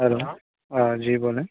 hello ji बोलें